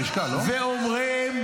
-- ואומרים: